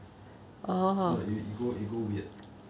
ah it go it go weird